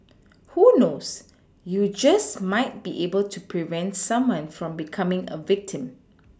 who knows you just might be able to help prevent someone from becoming a victim